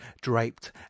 draped